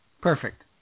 Perfect